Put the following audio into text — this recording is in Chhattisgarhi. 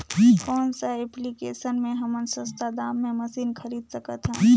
कौन सा एप्लिकेशन मे हमन सस्ता दाम मे मशीन खरीद सकत हन?